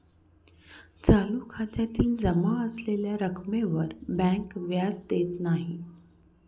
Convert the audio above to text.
चालू खात्यातील जमा असलेल्या रक्कमेवर बँक व्याज देत नाही